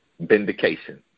Vindication